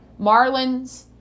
Marlins